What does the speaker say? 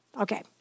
Okay